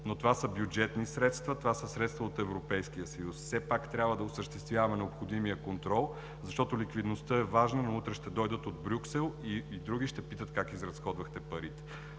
но това са бюджетни средства, това са средства от Европейския съюз. Все пак трябва да осъществяваме необходимия контрол, защото ликвидността е важна, но утре ще дойдат и от Брюксел, и други и ще питат: „Как изразходвахте парите?“